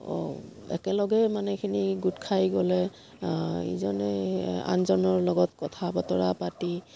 একেলগে মানুহখিনি গোট খাই গ'লে ইজনে আনজনৰ লগত কথা বতৰা পাতি